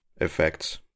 effects